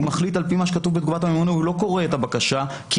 הוא מחליט על פי מה שכתוב בתגובת הממונה.